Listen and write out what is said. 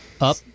up